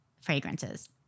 fragrances